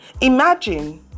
Imagine